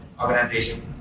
organization